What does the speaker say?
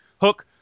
hook